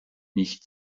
nicht